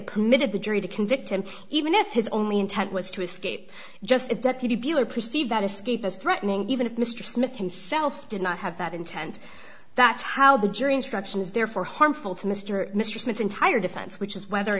it permitted the jury to convict him even if his only intent was to escape justice deputy buehler perceive that escape as threatening even if mr smith himself did not have that intent that's how the jury instructions therefore harmful to mr mr smith's entire defense which is whether or